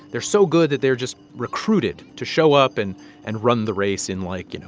they're so good that they're just recruited to show up and and run the race in, like, you know